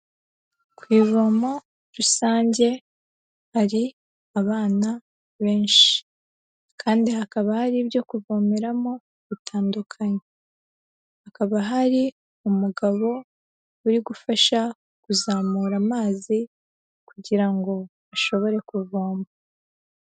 Ku ivomo rusange hari abana benshi. Kandi hakaba hari ibyo kuvomeramo bitandukanye. Hakaba hari umugabo uri gufasha kuzamura amazi, kugira ngo bashobore kuvoma.